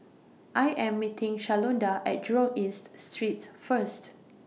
I Am meeting Shalonda At Jurong East Street First